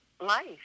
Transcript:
life